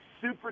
super